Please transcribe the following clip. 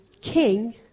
king